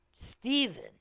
Steven